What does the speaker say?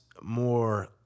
more